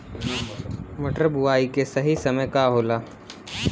मटर बुआई के सही समय का होला?